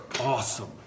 awesome